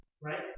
Right